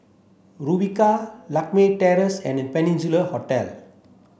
Rumbia Lakme Terrace and Peninsula Hotel